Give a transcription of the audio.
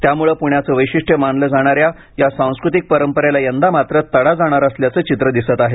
त्यामुळे पुण्याचं वैशिष्ट्य मानलं जाणाऱ्या या सांस्कृतिक परंपरेला यंदा मात्र तडा जाणार असल्याचं चित्र दिसत आहे